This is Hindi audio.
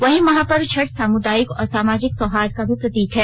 वहीं महापर्व छठ सामुदायिक और सामाजिक सौहार्द का भी प्रतीक है